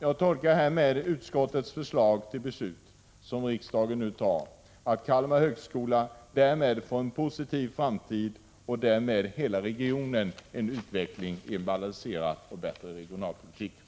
Jag tolkar utskottets förslag till beslut, vilket riksdagen nu kommer att anta, som att Kalmar högskola får en positiv framtid och att därmed hela regionen kan utvecklas tack vare en bättre och balanserad regionalpolitik.